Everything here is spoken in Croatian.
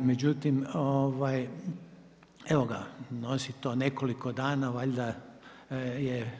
Međutim, evo ga, nosi to nekoliko dana, valjda je